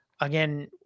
Again